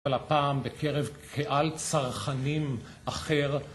הפעם בקרב קהל צרכנים אחר